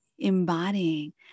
embodying